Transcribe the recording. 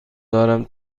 دارم